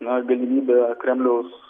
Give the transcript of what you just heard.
na galimybė kremliaus